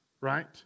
right